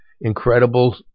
incredible